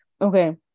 Okay